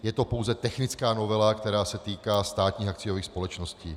Je to pouze technická novela, která se týká státních akciových společností.